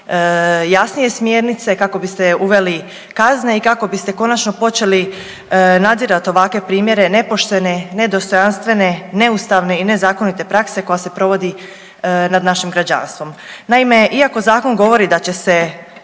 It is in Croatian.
jasnije smjernice, kako biste uveli kazne i kako biste konačno počeli nadzirati ovakve primjere nepoštene, nedostojanstvene, neustavne i nezakonite prakse koja se provodi nad našim građanstvom. Naime, iako zakon govori da će se